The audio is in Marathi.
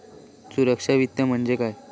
सूक्ष्म वित्त म्हणजे काय?